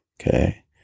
Okay